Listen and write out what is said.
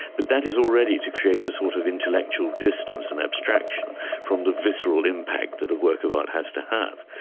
but that is already to create a sort of intellectual distance and abstraction from the visceral impact that a work of art has to have.